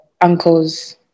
uncles